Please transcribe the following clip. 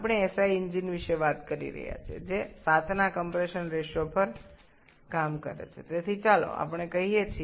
আমরা একটি এসআই ইঞ্জিনের বিষয়ে কথা বলছি যা এটি ৭ সংকোচনের অনুপাত নিয়ে কাজ করছে